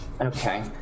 okay